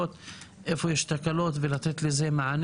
אני חושב שהתכנית הזו עושה סדר בכל